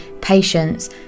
patience